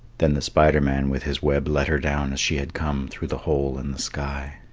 then the spider man with his web let her down as she had come, through the hole in the sky.